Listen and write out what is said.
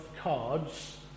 cards